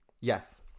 Yes